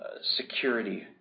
security